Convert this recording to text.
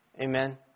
Amen